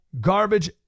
Garbage